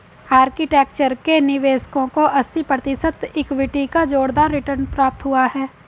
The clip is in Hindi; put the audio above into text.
आर्किटेक्चर के निवेशकों को अस्सी प्रतिशत इक्विटी का जोरदार रिटर्न प्राप्त हुआ है